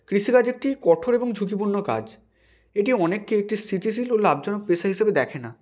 কৃষিকাজ একটি কঠোর এবং ঝুঁকিপূর্ণ কাজ এটি অনেককে একটি স্থিতিশীল ও লাভজনক পেশা হিসেবে দেখে না